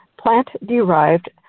plant-derived